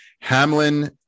Hamlin